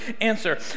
answer